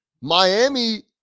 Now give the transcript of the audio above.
Miami